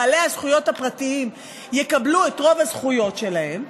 בעלי הזכויות הפרטיים יקבלו את רוב הזכויות שלהם,